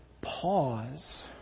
pause